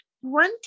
one